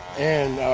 and, ah,